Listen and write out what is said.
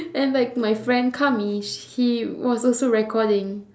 and like to my friend khamis he was also recording